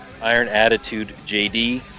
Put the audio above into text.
ironattitudejd